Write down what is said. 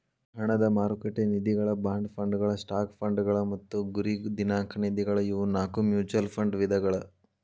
ಹಣದ ಮಾರುಕಟ್ಟೆ ನಿಧಿಗಳ ಬಾಂಡ್ ಫಂಡ್ಗಳ ಸ್ಟಾಕ್ ಫಂಡ್ಗಳ ಮತ್ತ ಗುರಿ ದಿನಾಂಕ ನಿಧಿಗಳ ಇವು ನಾಕು ಮ್ಯೂಚುಯಲ್ ಫಂಡ್ ವಿಧಗಳ